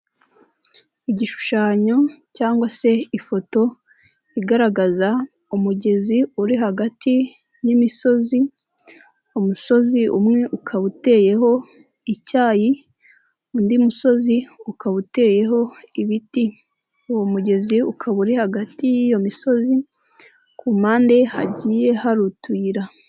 Igishushanyo cyangwa se ifoto igaragaza umugezi uri hagati y'imisozi, umusozi umwe ukaba uteyeho icyayi, undi musozi ukaba uteyeho ibiti, uwo mugezi ukaba uri hagati y'iyo misozi, ku mpande hagiye hari utuyira.